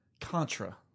Contra